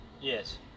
Yes